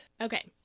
okay